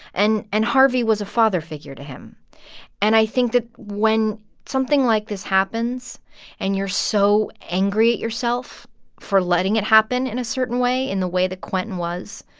and and harvey was a father figure to him and i think that when something like this happens and you're so angry at yourself for letting it happen in a certain way in the way that quentin was,